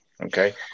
Okay